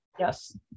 Yes